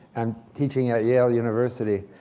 i'm teaching at yale university,